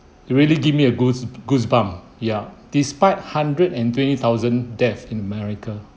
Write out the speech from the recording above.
really give me a goose~ goosebumps ya despite hundred and twenty thousand death in america